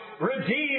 redeemed